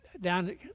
down